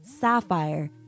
sapphire